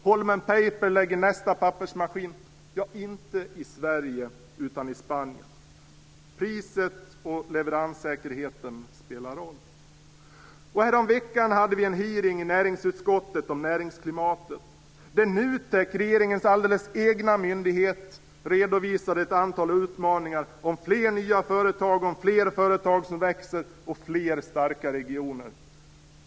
Holmen Paper lägger sin nästa pappersmaskin inte i Sverige utan i Spanien. Priset och leveranssäkerheten spelar en roll. Häromveckan hade vi en hearing i näringsutskottet om näringsklimatet. NUTEK, regeringens alldeles egen myndighet, redovisade ett antal utmaningar: fler nya företag, fler företag som växer och fler starka regioner.